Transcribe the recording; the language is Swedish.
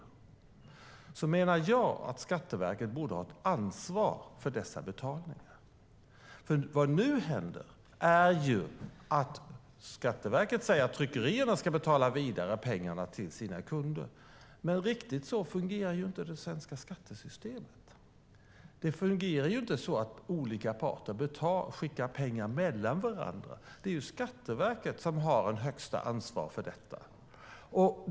Jag menar att Skatteverket borde ha ett ansvar för dessa betalningar. Nu säger Skatteverket att tryckerierna ska betala vidare pengarna till sina kunder, men riktigt så fungerar inte det svenska skattesystemet. Det fungerar inte så att olika parter skickar pengar mellan varandra, utan det är Skatteverket som har högsta ansvar för detta.